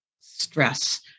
stress